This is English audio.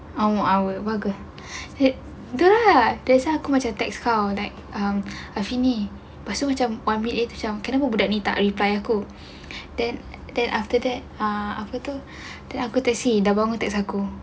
one more hour bagus tu lah that's why I macam text kau like um afini lepas tu macam mahu ambil dia tu macam kenapa budak ni tak reply aku then after that uh apa tu then aku text sis dah lama tak sangkul